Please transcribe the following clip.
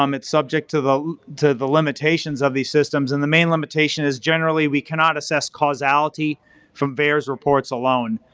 um it's subject to the to the limitations of these systems, and the main limitation is generally we cannot assess causality for vaers reports alone.